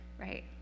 right